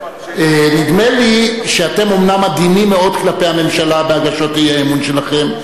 נדמה לי שאתם אומנם עדינים מאוד כלפי הממשלה בהגשות האי-אמון שלכם,